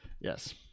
Yes